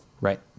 right